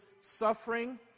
suffering